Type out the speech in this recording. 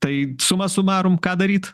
tai suma sumarum ką daryt